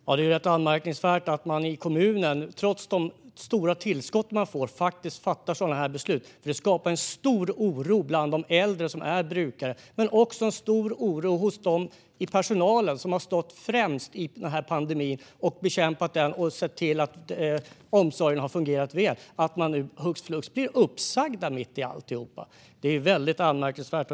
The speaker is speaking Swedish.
Fru talman! Det är rätt anmärkningsvärt att man i kommunen, trots de stora tillskott man får, faktiskt fattar sådana här beslut. Det skapar en stor oro bland de äldre som är brukare men också en stor oro hos dem i personalen som har stått främst i pandemin och bekämpat den och sett till att omsorgen har fungerat väl. Att personalen nu hux flux blir uppsagd mitt i alltihop är väldigt anmärkningsvärt.